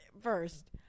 first